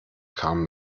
kam